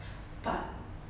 but